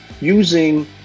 using